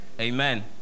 Amen